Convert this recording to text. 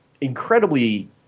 incredibly